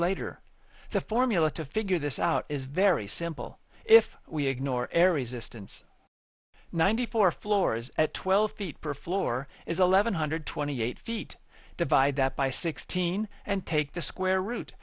later the formula to figure this out is very simple if we ignore aries systems ninety four floors at twelve feet per floor is eleven hundred twenty eight feet divide that by sixteen and take the square root